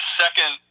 second